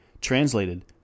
translated